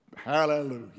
Hallelujah